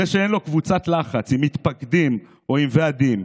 זה שאין לו קבוצת לחץ עם מתפקדים או עם ועדים,